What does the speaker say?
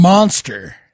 Monster